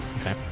Okay